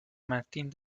martín